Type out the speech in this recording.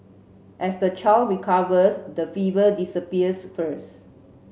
as the child recovers the fever disappears first